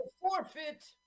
Forfeit